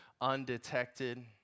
undetected